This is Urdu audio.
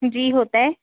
جی ہوتا ہے